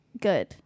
good